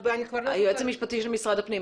היועץ המשפטי של משרד הפנים,